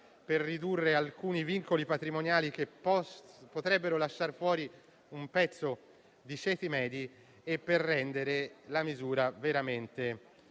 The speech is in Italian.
per attenuare alcuni vincoli patrimoniali, che potrebbero lasciare fuori una parte dei ceti medi, e per rendere la misura veramente